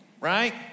right